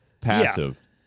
Passive